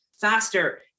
faster